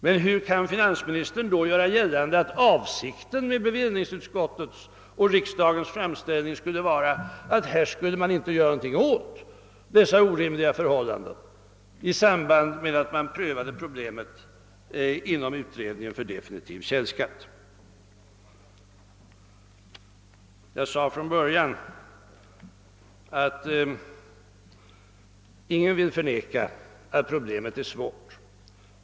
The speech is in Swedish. Men hur kan finansministern då göra gällande att avsikten med bevillningsutskottets och riksdagens framställning skulle vara att man inte skulle göra något åt dessa orimliga förhållanden i samband med att man prövade problemet inom utredningen för definitiv källskatt? Jag sade från början att ingen vill förneka att problemet är svårt.